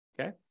Okay